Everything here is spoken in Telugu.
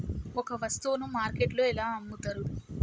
ఒక వస్తువును మార్కెట్లో ఎలా అమ్ముతరు?